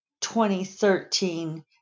2013